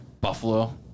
Buffalo